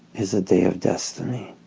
is a day of destiny.